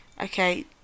Okay